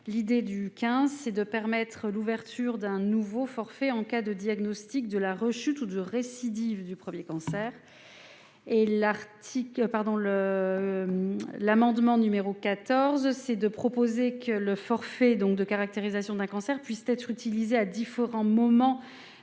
l'idée du 15 c'est de permettre l'ouverture d'un nouveau forfait en cas de diagnostic de la rechute ou de récidive du 1er cancer et l'Arctique, pardon le l'amendement numéro 14, c'est de proposer que le forfait, donc de caractérisation d'un cancer puissent être utilisés à différents moments